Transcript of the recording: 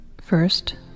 First